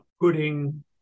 putting